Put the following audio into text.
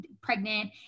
pregnant